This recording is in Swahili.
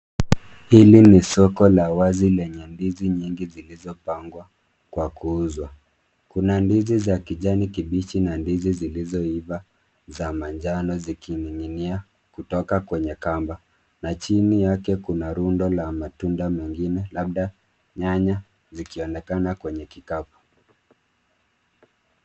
Hili ni soko la wazi lenye ndizi nyingi zilizopangwa kwa kuuzwa. Kuna ndizi za kijani kibichi na ndizi zilizoiva za manjano zikining'inia kutoka kwenye kamba na chini yake kuna rundo la matunda mengine labda nyanya zikionekana kwenye kikapu.